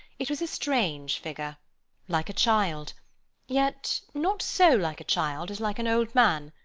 it was a strange figure like a child yet not so like a child as like an old man,